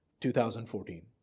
2014